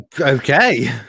Okay